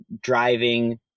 driving